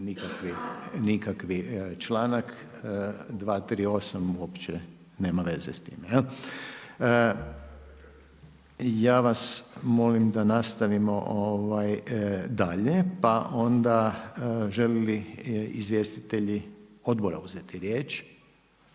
pitalo. Hvala. **Reiner, Željko (HDZ)** Ja vas molim da nastavimo dalje, pa onda želi li izvjestitelji odbora uzeti riječ?